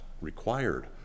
required